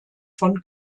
von